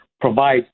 provide